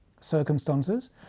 circumstances